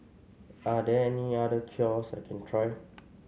are there any other cures I can try